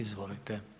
Izvolite.